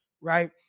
Right